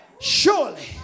surely